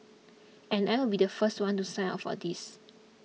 and I will be the first one to sign up for these